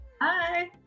Hi